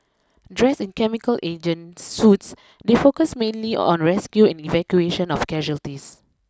dressed in chemical agent suits they focused mainly on rescue and evacuation of casualties